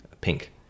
pink